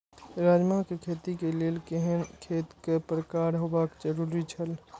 राजमा के खेती के लेल केहेन खेत केय प्रकार होबाक जरुरी छल?